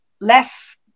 less